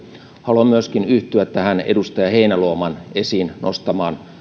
haluan myöskin yhtyä tähän edustaja heinäluoman esiin nostamaan